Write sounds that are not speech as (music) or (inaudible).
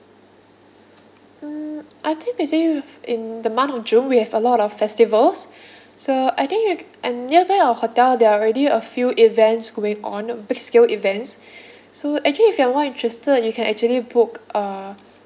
mm I think basically we have in the month of june we have a lot of festivals (breath) so I think and nearby our hotel there are already a few events going on big scale events (breath) so actually if you are more interested you can actually book uh